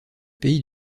pays